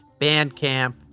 Bandcamp